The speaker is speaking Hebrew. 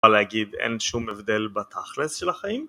אפשר להגיד אין שום הבדל בתכלס של החיים?